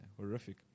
horrific